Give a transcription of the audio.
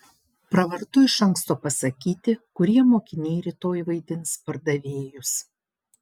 pravartu iš anksto pasakyti kurie mokiniai rytoj vaidins pardavėjus